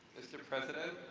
mr. president,